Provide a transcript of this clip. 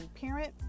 parent